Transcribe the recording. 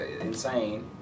insane